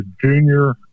junior